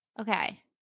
Okay